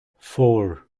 four